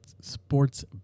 sports